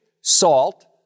salt